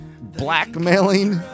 blackmailing